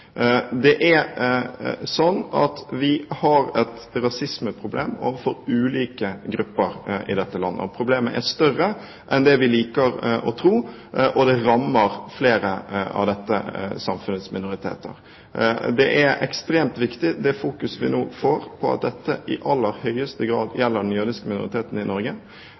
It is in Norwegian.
Vi har et rasismeproblem overfor ulike grupper i dette landet. Problemet er større enn det vi liker å tro, og det rammer flere av dette samfunnets minoriteter. Den er ekstremt viktig, den fokuseringen vi nå får på at dette i aller høyeste grad gjelder den jødiske minoriteten i Norge.